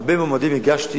הרבה מועמדים הגשתי